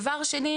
דבר שני,